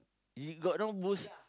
you got no boots